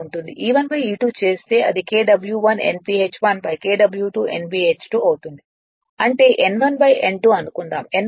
E1 E2 చేస్తే అది Kw1 Nph1 Kw2 Nph 2 అవుతుంది అంటే N1 N2 అనుకుందాం